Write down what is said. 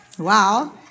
wow